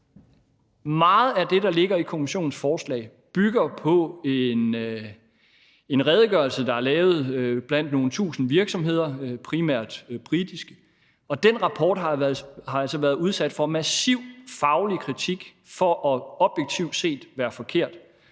meget af det, der ligger i Kommissionens forslag, bygger på en redegørelse, der er lavet blandt nogle tusind virksomheder, primært britiske, og den rapport har altså været udsat for massiv faglig kritik for objektivt set at være forkert.